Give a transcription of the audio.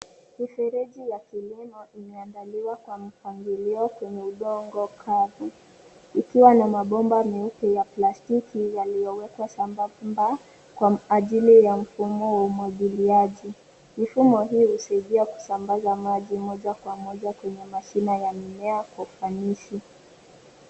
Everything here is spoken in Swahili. Mifereji ya kilimo imeandaliwa kwa mpangilio kwenye udongo kavu, ikiwa na mabomba meupe ya plastiki yaliyowekwa sambamba, kwa ajili ya mfumo wa umwagiliaji. Mifumo hii husaidia kusambaza maji moja kwa moja kwenye mashina ya mimea kwa ufanisi.